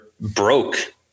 broke